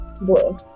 Blue